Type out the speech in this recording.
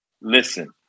listen